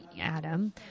Adam